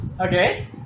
Okay